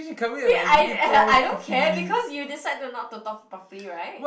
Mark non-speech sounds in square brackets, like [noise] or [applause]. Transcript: [noise] I I don't care because you decide to not to talk properly [right]